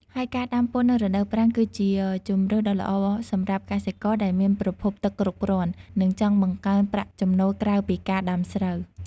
ហើយការដាំពោតនៅរដូវប្រាំងគឺជាជម្រើសដ៏ល្អសម្រាប់កសិករដែលមានប្រភពទឹកគ្រប់គ្រាន់ និងចង់បង្កើនប្រាក់ចំណូលក្រៅពីការដាំស្រូវ។